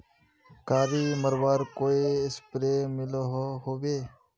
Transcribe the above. कीड़ा मरवार कोई स्प्रे मिलोहो होबे?